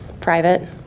private